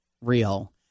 real